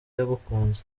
yagukunze